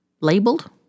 Labeled